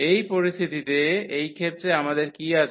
এই পরিস্থিতিতে এই ক্ষেত্রে আমাদের কি আছে